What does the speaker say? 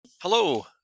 Hello